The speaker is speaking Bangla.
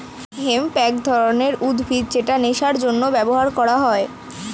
হেম্প এক ধরনের উদ্ভিদ যেটা নেশার জন্য ব্যবহার করা হয়